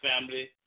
family